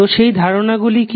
তো সেই ধারণা গুলি কি